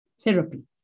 therapy